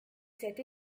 cette